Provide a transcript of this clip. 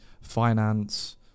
finance